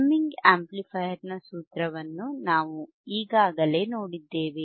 summing amplifier ನ ಸೂತ್ರವನ್ನು ನಾವು ಈಗಾಗಲೇ ತಿಳಿದಿದ್ದೇವೆ